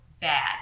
bad